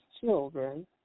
children